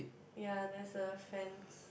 ya there's a fence